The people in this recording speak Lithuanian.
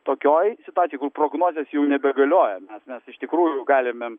tokioj situacijoj kur prognozės jau nebegalioja nes mes iš tikrųjų galime